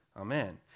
Amen